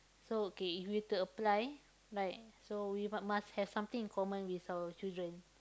so okay if we to apply like so we mu~ must have something in common with our children